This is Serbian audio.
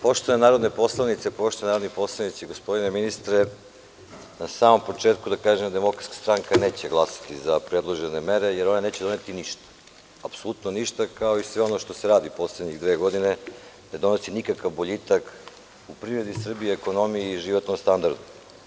Poštovane narodne poslanice, poštovani narodni poslanici, gospodine ministre, na samom početku da kažem da DS neće glasati za predložene mere jer one neće doneti ništa, apsolutno ništa, kao i sve ono što se radi u poslednje dve godine što ne donosi nikakav boljitak u privredi Srbije, ekonomiji i životnom standardu.